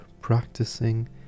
practicing